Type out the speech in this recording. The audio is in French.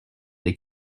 des